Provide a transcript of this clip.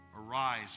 arise